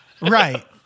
Right